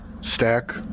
stack